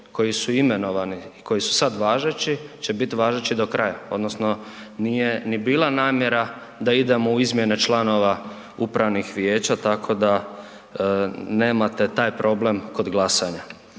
koji su imenovani i koji su sad važeći će biti važeći do kraja, odnosno nije ni bila namjera da idemo u izmjene članova upravnih vijeća, tako da nemate taj problem kod glasanja.